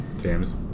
James